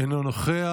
אינו נוכח.